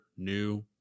new